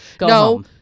No